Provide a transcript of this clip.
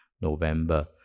November